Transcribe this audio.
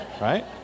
Right